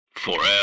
forever